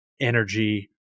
energy